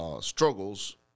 struggles